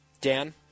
Dan